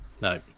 no